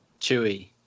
Chewie